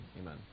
Amen